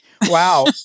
Wow